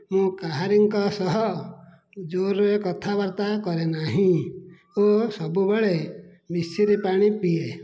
ମୁଁ କାହାରିଙ୍କ ସହ ଜୋରରେ କଥା ବାର୍ତ୍ତା କରେ ନାହିଁ ଓ ସବୁବେଳେ ମିଶ୍ରି ପାଣି ପିଏ